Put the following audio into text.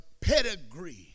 pedigree